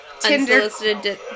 Tinder